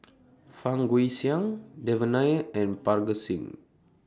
Fang Guixiang Devan Nair and Parga Singh